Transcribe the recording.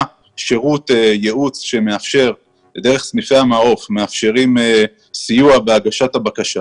שירות ייעוץ ודרך סניפי המעוף מאפשרים סיוע בהגשת הבקשה